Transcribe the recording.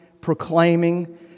proclaiming